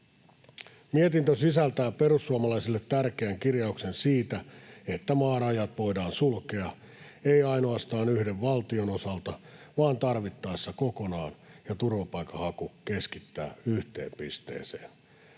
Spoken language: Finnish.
Mietintö sisältää perussuomalaisille tärkeän kirjauksen siitä, että maarajat voidaan sulkea, ei ainoastaan yhden valtion osalta vaan tarvittaessa kokonaan, ja turvapaikanhaku keskittää yhteen pisteeseen.